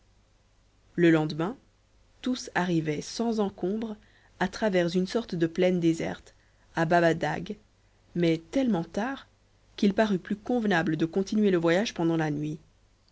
le lendemain tous arrivaient sans encombre à travers une sorte de plaine déserte à babadagh mais tellement tard qu'il parut plus convenable de continuer le voyage pendant la nuit